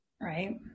Right